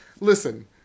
Listen